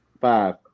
five